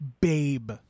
babe